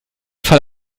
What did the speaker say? fall